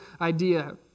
idea